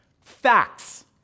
Facts